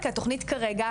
כי התוכנית כרגע,